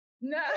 no